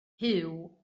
huw